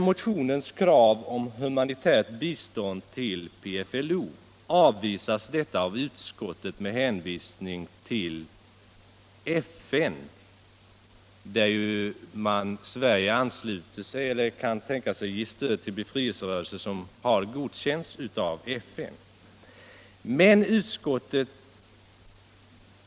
Motionens krav på humanitärt bistånd till PFLO avvisas av utskottet med hänvisning till FN, där ju Sverige ansluter sig till — eller kan tänka sig — stöd åt befrielserörelser som godkänts av FN.